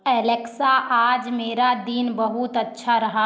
Alexa आज मेरा दिन बहुत अच्छा रहा